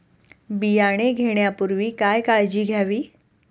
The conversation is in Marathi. बियाणे घेण्यापूर्वी काय काळजी घ्यावी?